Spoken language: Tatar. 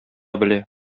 белә